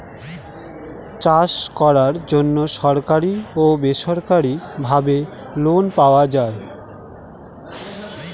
চাষ করার জন্য সরকারি ও বেসরকারি ভাবে লোন পাওয়া যায়